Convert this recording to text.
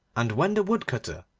and when the woodcutter,